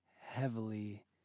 heavily